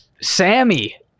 sammy